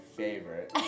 favorite